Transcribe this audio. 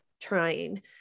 trying